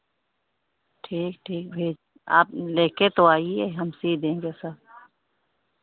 ठीक ठीक भेज आप ले के तो आइए हम सिल देंगे सब